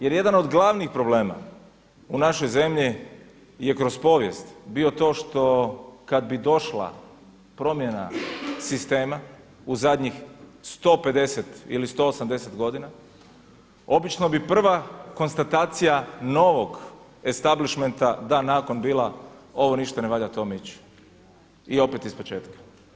Jer jedan od glavnih problema u našoj zemlji je kroz povijest bio to što kad bi došla promjena sistema u zadnjih 150 ili 180 godina obično bi prva konstatacija novog establishmenta dan nakon bila ovo ništa ne valja, to miči i opet ispočetka.